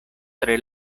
tre